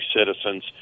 citizens